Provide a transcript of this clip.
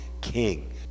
King